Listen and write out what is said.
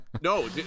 no